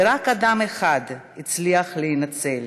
ורק אדם אחד הצליח להינצל: